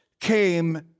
came